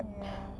ya